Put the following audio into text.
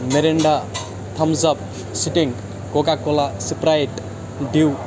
Mirinda Thums Up Sting Coca Cola Sprite Dew